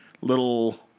little